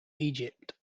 egypt